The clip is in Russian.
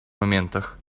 моментах